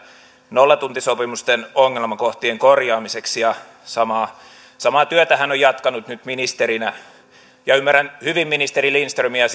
nollatuntisopimusten ongelmakohtien korjaamiseksi ja samaa samaa työtä hän on jatkanut nyt ministerinä ymmärrän hyvin ministeri lindströmiä